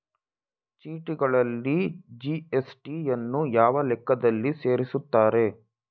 ಚೀಟಿಗಳಲ್ಲಿ ಜಿ.ಎಸ್.ಟಿ ಯನ್ನು ಯಾವ ಲೆಕ್ಕದಲ್ಲಿ ಸೇರಿಸುತ್ತಾರೆ?